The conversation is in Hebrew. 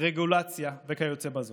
רגולציה וכיוצא באלה.